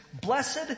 Blessed